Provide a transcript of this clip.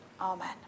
Amen